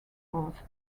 force